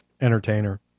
entertainer